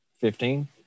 Fifteen